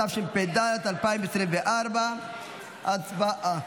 התשפ"ד 2024. הצבעה.